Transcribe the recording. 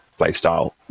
playstyle